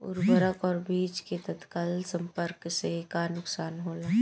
उर्वरक और बीज के तत्काल संपर्क से का नुकसान होला?